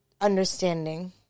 understanding